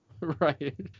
Right